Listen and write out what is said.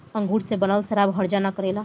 अंगूर से बनल शराब हर्जा ना करेला